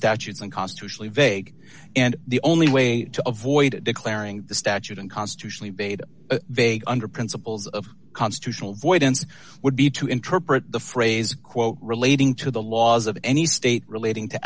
statutes unconstitutionally vague and the only way to avoid declaring the statute and constitutionally bade vague under principles of constitutional void and would be to interpret the phrase quote relating to the laws of any state relating to